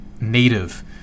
native